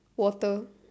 water